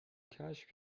کشف